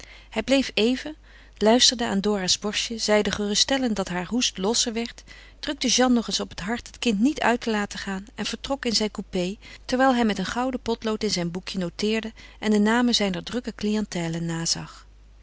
hij bleef even luisterde aan dora's borstje zeide geruststellend dat haar hoest losser werd drukte jeanne nog eens op het hart het kind niet uit te laten gaan en vertrok in zijn coupé terwijl hij met een gouden potlood in zijn boekje noteerde en de namen zijner drukke clientèle nazag